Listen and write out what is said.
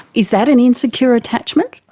is that an insecure attachment?